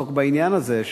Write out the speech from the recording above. לעסוק בעניין הזה.